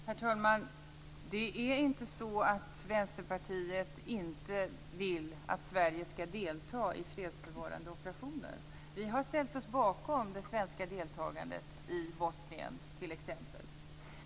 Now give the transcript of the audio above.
Herr talman! Det är inte så att Vänsterpartiet inte vill att Sverige skall delta i fredsbevarande operationer. Vi har ställt oss bakom det svenska deltagandet i t.ex. Bosnien.